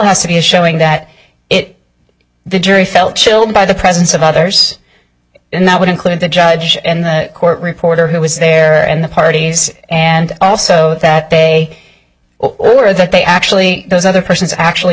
has to be a showing that it the jury felt chilled by the presence of others and that would include the judge and the court reporter who was there and the parties and also that day or that they actually those other persons actually